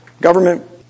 Government